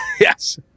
Yes